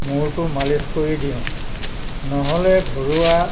মূৰটো মালিছ কৰি দিওঁ নহ'লে ঘৰুৱা